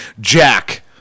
Jack